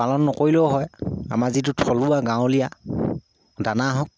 পালন নকৰিলেও হয় আমাৰ যিটো থলুৱা গাঁৱলীয়া দানা হওক